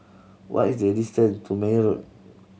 what is the distance to Meyer Road